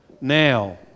now